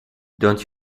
don’t